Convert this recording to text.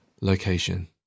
location